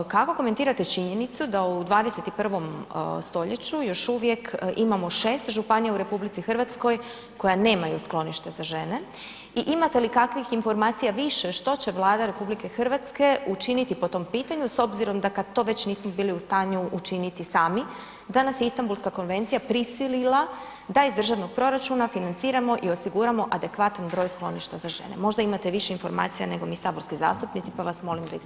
Kako komentirate činjenicu da u 21. st. još uvijek imamo 6 županija u RH koje nemaju sklonište za žene i imate li kakvih informacija više što će Vlada učiniti po tom pitanju s obzirom da kad to već nismo bili u stanju učiniti sami, da nas Istanbulska konvencija prisilila da iz državnog proračuna financiramo i osiguramo adekvatan broj skloništa za žene, možda imate više informacija nego mi saborski zastupnici pa vas molim da ih s njima podijelite.